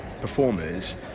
performers